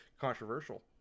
Controversial